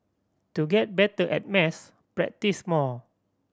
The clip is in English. to get better at maths practise more